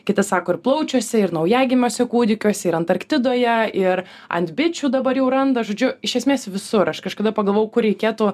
kiti sako ir plaučiuose ir naujagimiuose kūdikiuose ir antarktidoje ir ant bičių dabar jau randa žodžiu iš esmės visur aš kažkada pagalvojau kur reikėtų